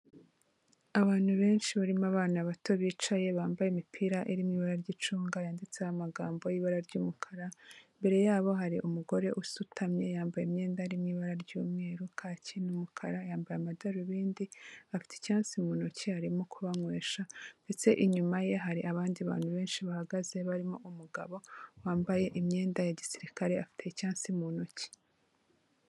Abantu benshi barimo abana bato bicaye bambaye imipira irimo ibara ry'icunga yanditseho amagambo ibara ry'umukara. Imbere yabo hari umugore usutamye yambaye imyenda iri mu ibara ry'umweru, kaki, n'umukara. Yambaye amadarubindi, afite icyatsi mu ntoki arimo kubanywesha. Ndetse inyuma ye hari abandi bantu benshi bahagaze barimo umugabo, wambaye imyenda ya gisirikare afite icyatsi mu ntoki.